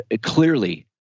clearly